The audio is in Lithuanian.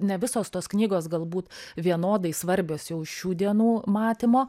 ne visos tos knygos galbūt vienodai svarbios jau šių dienų matymo